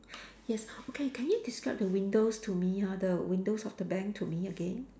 yes okay can you describe the windows to me ha the windows of the bank to me again